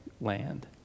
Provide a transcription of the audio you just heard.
land